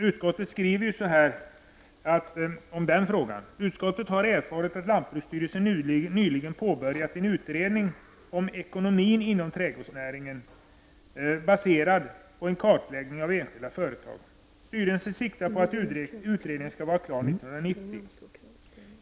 Utskottet skriver om den frågan: ''Utskottet har erfarit att lantbruksstyrelsen nyligen påbörjat en utredning om ekonomin inom trädgårdsnäringen baserad på en kartläggning av enskilda företag. Styrelsen siktar på att ha utredningen klar i december 1990.